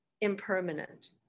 impermanent